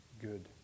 good